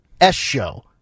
S-show